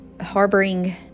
harboring